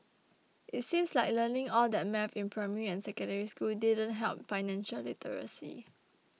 it seems like learning all that maths in primary and Secondary School didn't help financial literacy